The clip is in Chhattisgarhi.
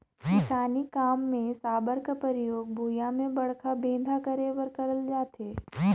किसानी काम मे साबर कर परियोग भुईया मे बड़खा बेंधा करे बर करल जाथे